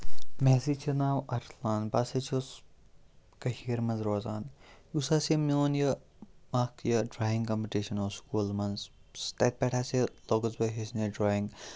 مےٚ ہَسے چھِ ناو اَرسلان بہٕ ہَسا چھُس کٔشیٖرِ منٛز روزان یُس ہَسا میون یہِ اَکھ یہِ ڈرٛایِنٛگ کَمپٕٹِشَن اوس سکوٗل منٛز سُہ تَتہِ پٮ۪ٹھ ہَسا لوٚگُس بہٕ ہیٚچھنہِ ڈرٛایِنٛگ